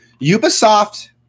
Ubisoft